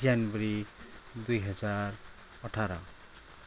जनवरी दुई हजार अठार